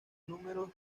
números